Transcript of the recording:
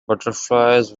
butterflies